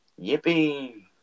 Yippee